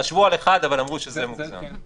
חשבו על אחד, אבל אמרו שזה יהיה מוגזם.